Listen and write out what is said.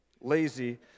lazy